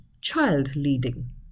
child-leading